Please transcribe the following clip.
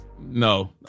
No